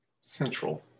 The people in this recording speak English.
Central